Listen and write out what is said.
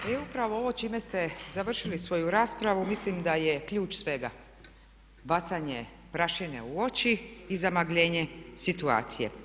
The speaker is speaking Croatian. E upravo ovo s čime ste završili svoju raspravu mislim da je ključ svega nacanje prašine u oči i zamagljenje situacije.